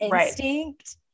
instinct